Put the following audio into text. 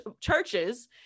churches